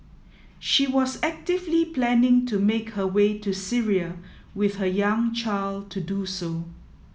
she was actively planning to make her way to Syria with her young child to do so